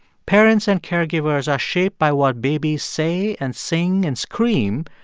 parents and caregivers are shaped by what babies say and sing and scream,